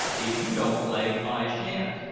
if you don't play, i shan't.